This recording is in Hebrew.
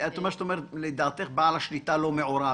לפי דעתך בעל השליטה לא מעורב.